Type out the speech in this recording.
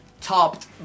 topped